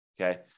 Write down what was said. okay